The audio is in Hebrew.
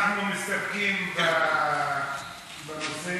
אנחנו מסתפקים בנושא